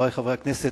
חברי חברי הכנסת,